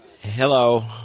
Hello